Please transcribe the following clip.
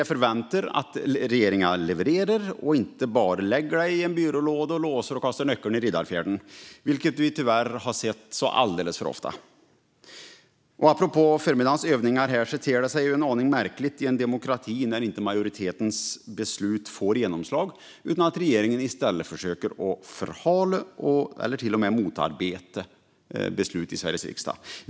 Jag förväntar mig att regeringen ska leverera utifrån dem och att den inte bara lägger dem i en byrålåda, låser och kastar nyckeln i Riddarfjärden, vilket vi tyvärr har sett alldeles för ofta. Apropå förmiddagens övningar ter det sig en aning märkligt i en demokrati att majoritetens beslut inte får genomslag utan att regeringen i stället försöker förhala eller till och med motarbeta beslut som fattats av Sveriges riksdag.